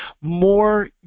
More